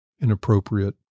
inappropriate